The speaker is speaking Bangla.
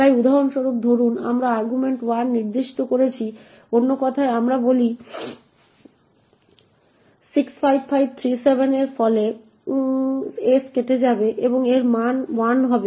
তাই উদাহরণস্বরূপ ধরুন আমরা যে argv1 নির্দিষ্ট করি অন্য কথায় আমি বলি 65537 এর ফলে s কেটে যাবে এবং এর মান 1 হবে